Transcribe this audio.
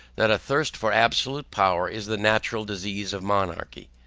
that a thirst for absolute power is the natural disease of monarchy.